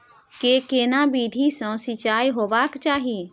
के केना विधी सॅ सिंचाई होबाक चाही?